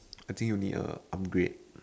I think you need a upgrade